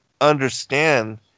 understand